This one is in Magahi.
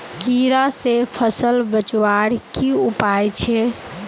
कीड़ा से फसल बचवार की उपाय छे?